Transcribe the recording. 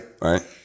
Right